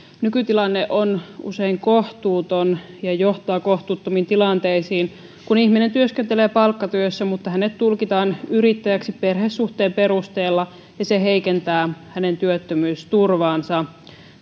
nykytilanne on usein kohtuuton ja johtaa kohtuuttomiin tilanteisiin kun ihminen työskentelee palkkatyössä mutta hänet tulkitaan yrittäjäksi perhesuhteen perusteella ja se heikentää hänen työttömyysturvaansa